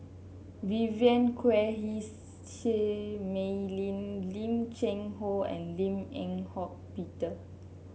Vivien Quahe Seah Mei Lin Lim Cheng Hoe and Lim Eng Hock Peter